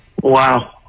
Wow